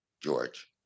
George